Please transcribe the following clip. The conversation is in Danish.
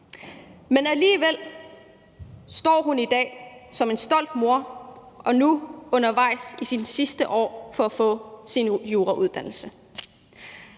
Men alligevel står hun i dag som en stolt mor og er nu undervejs i sin jurauddannelse